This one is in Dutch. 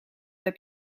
heb